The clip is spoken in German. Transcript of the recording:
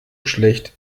schlecht